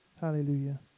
Hallelujah